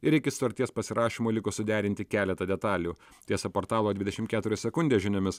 ir iki sutarties pasirašymo liko suderinti keletą detalių tiesa portalo dvidešim keturios sekundės žiniomis